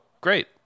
great